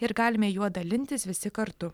ir galime juo dalintis visi kartu